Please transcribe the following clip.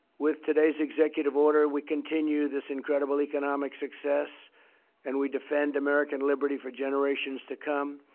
with today's executive order, we continue this incredible economic success and we defend american liberty for generations to come.